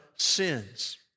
sins